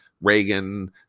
Reagan